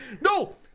No